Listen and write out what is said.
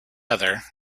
other